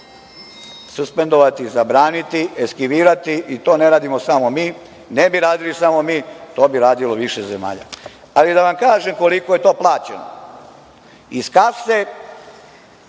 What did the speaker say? suspendovati, zabraniti, eskivirati. To ne radimo samo mi, ne bi radili samo mi, to bi radilo više zemalja. Ali, da vam kažem koliko je to plaćeno, to kad